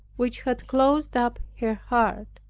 which had closed up her heart.